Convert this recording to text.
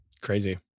Crazy